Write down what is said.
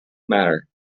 matter